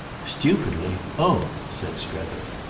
stupidly? oh! said strether.